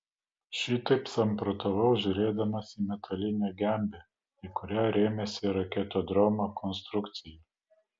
šitaip samprotavau žiūrėdamas į metalinę gembę į kurią rėmėsi raketodromo konstrukcija